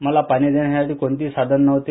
मला पाणी नेण्यासाठी कोणतेही साधन नव्हते